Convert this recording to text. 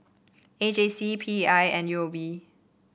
A J C P I and U O B